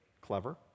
clever